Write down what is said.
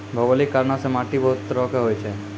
भौगोलिक कारणो से माट्टी बहुते तरहो के होय छै